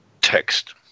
text